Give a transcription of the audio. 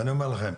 אני אומר לכם,